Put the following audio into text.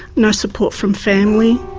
no support from family,